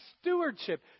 stewardship